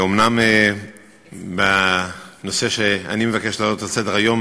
אומנם בנושא שאני מבקש להעלות לסדר-היום